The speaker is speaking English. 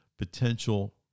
potential